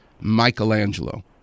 Michelangelo